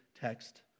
text